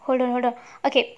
hold on hold on okay